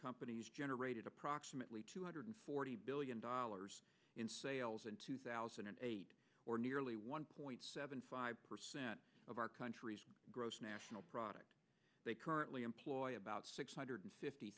companies generated approximately two hundred forty billion dollars in sales in two thousand and eight or nearly one point seven five percent of our country's gross national product they currently employ about six hundred fifty